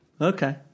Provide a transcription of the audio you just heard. Okay